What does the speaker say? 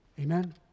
Amen